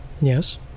Yes